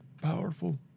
powerful